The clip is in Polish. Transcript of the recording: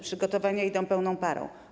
Przygotowania idą pełną parą.